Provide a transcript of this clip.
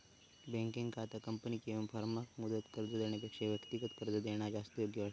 बँकेंका आता कंपनी किंवा फर्माक मुदत कर्ज देण्यापेक्षा व्यक्तिगत कर्ज देणा जास्त योग्य वाटता